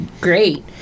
great